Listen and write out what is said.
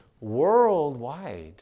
worldwide